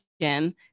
gym